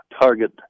Target